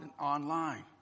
online